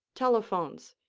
telephones,